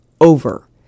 over